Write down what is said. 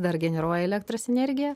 dar generuoja elektros energiją